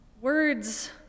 words